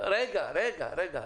רגע, רגע, רגע.